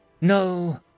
no